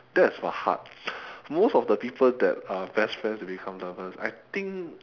that is !wah! hard most of the people that are best friends to become lovers I think